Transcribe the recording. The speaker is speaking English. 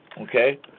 okay